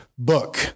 book